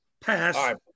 Pass